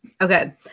Okay